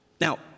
Now